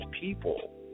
people